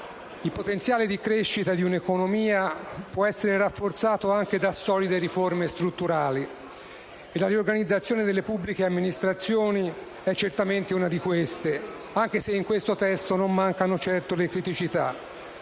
il potenziale di crescita di un'economia può essere rafforzato anche da solide riforme strutturali, e la riorganizzazione delle pubbliche amministrazioni è certamente una di queste, anche se in questo testo non mancano certo le criticità.